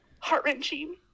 heart-wrenching